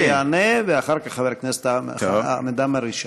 השר יענה, ואחר כך חבר הכנסת חמד עמאר ישאל.